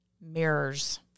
Mirrors